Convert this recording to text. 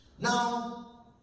Now